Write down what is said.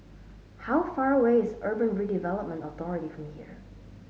how far away is Urban Redevelopment Authority from here